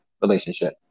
relationship